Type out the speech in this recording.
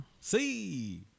See